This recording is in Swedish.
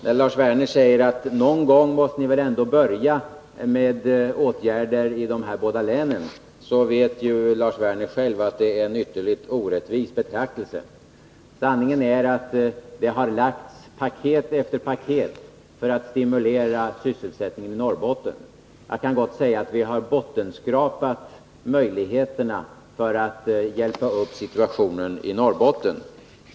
När Lars Werner säger att någon gång måste ni väl ändå börja med åtgärder i de här båda länen, så vet ju Lars Werner själv att detta är en ytterligt orättvis betraktelse. Sanningen är att det har lagts fram paket efter paket för att stimulera sysselsättningen i Norrbotten. Jag kan gott säga att vi har bottenskrapat möjligheterna att hjälpa upp situationen i Norrbotten.